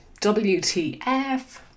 wtf